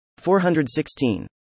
416